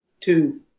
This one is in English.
two